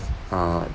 uh